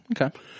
Okay